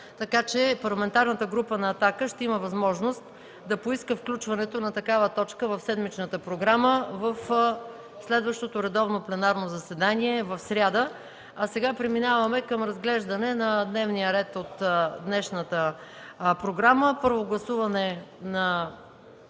Така че Парламентарната група на „Атака” ще има възможност да поиска включването на такава точка в седмичната програма в следващото редовно пленарно заседание в сряда. Преминаваме към разглеждане на дневния ред от днешната програма: